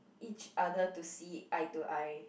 each other to see eye to eye